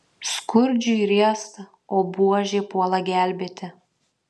skurdžiui riesta o buožė puola gelbėti